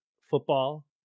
Football